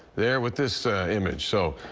there with this image. so